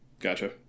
Gotcha